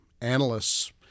analysts